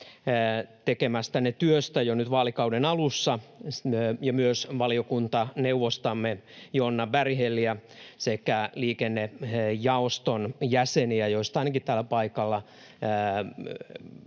tekemästänne työstä jo nyt vaalikauden alussa ja myös valiokuntaneuvostamme Jonna Berghälliä sekä liikennejaoston jäseniä, joista täällä paikalla